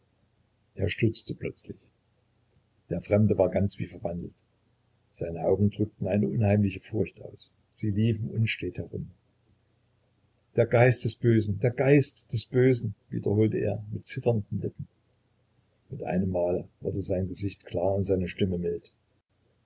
er stutzte plötzlich der fremde war ganz wie verwandelt seine augen drückten eine unheimliche furcht aus sie liefen unstet herum der geist des bösen der geist des bösen wiederholte er mit zitternden lippen mit einem male wurde sein gesicht klar und seine stimme mild